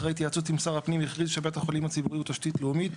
אחרי התייעצות עם שר הפנים הכריז שבית החולים הציבורי הוא תשתית לאומית,